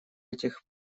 этих